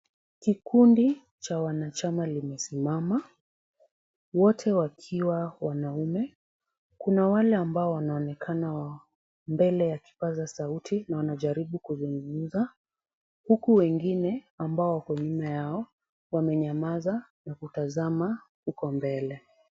Kikundi cha wanachama limesimama wote wakiwa wanaume. Kuna wale ambao wanaonekana mbele ya kipaza sauti na wanajaribu kuzungumza huku wengine ambao wako nyuma yao wamenyamaza na kutazama huko mbele.